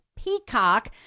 Peacock